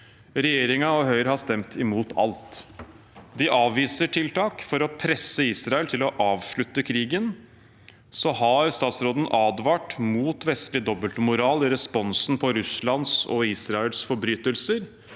Regjeringen og Høyre har stemt imot alt. De avviser tiltak for å presse Israel til å avslutte krigen. Utenriksministeren har advart mot vestlig dobbeltmoral i responsen på Russlands og Israels forbrytelser,